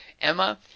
Emma